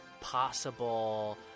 possible